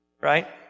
right